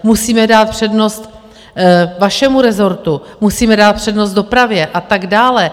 Musíme dát přednost vašemu rezortu, musíme dát přednost dopravě a tak dále.